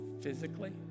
Physically